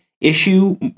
issue